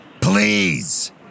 Please